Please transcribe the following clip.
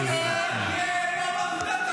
תהיה יו"ר אגודת הידידות של באקו